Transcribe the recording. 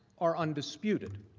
are undisputed.